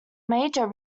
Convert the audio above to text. major